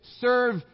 serve